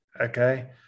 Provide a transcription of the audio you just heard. okay